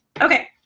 okay